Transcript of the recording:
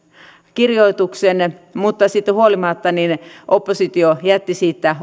kirjoituksen mutta siitä huolimatta oppositio jätti siitä